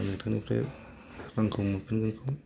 आं नोंथांनिफ्राय रांखौ मोनफिनगोनखौ